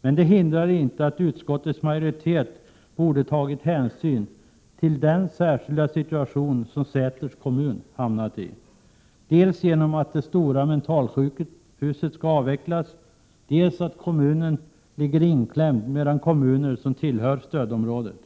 Men det hindrar inte att utskottets majoritet borde ha tagit hänsyn till den särskilda situation som Säters kommun hamnat i, dels genom att det stora mentalsjukhuset skall avvecklas, dels genom att kommunen ligger inklämd mellan kommuner som tillhör stödområdet.